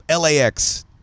LAX